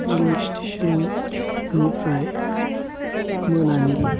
railway station निफ्राय मोनानि